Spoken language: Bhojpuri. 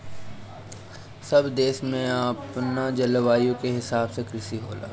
सब देश में अपना जलवायु के हिसाब से कृषि होला